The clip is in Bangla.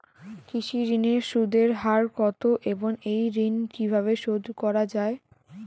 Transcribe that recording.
কৃষি ঋণের সুদের হার কত এবং এই ঋণ কীভাবে শোধ করা য়ায়?